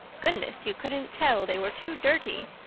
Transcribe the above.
goodness, you couldn't tell. they were too dirty.